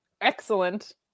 Excellent